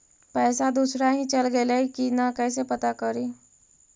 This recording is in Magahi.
पैसा दुसरा ही चल गेलै की न कैसे पता करि?